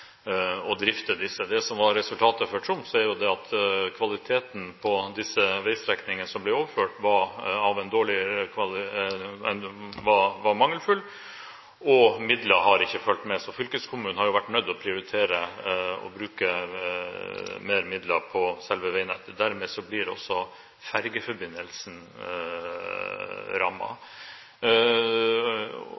drifte disse. Det som var resultatet for Troms, var jo at kvaliteten på disse veistrekningene som ble overført, var mangelfull. Midler har ikke fulgt med, så fylkeskommunen har vært nødt til å prioritere å bruke mer midler på selve veinettet. Dermed blir også fergeforbindelsen